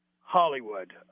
Hollywood